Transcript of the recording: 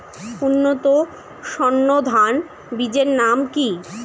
উন্নত সর্ন ধান বীজের নাম কি?